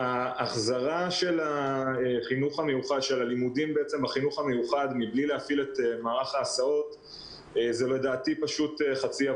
החזרה ללימודים של כיתות א' וג' היא דבר נפלא,